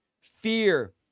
fear